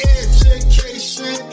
education